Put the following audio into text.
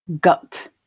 gut